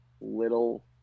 little